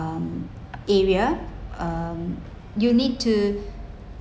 um area um you need to